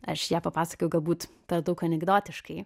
aš ją papasakojau galbūt per daug anekdotiškai